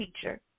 teacher